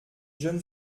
jeune